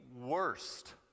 worst